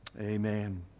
Amen